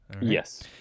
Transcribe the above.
Yes